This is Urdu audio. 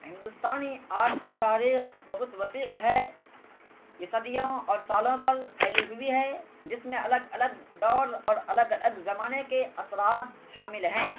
ہندوستانی آرٹ کی تاریخ بہت وسیع ہے یہ صدیوں اور سالوں پر پھیلی ہوئی ہے جس میں الگ الگ دور اور الگ الگ زمانے کے اثرات شامل ہیں